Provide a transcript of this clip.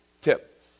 tip